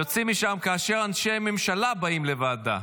יוצאים משם כאשר אנשי ממשלה באים לוועדה.